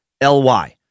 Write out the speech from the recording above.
L-Y